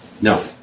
no